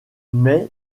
mai